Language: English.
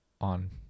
on